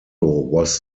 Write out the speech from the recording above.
was